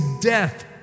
death